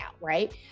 Right